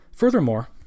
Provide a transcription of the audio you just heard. Furthermore